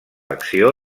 acció